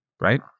right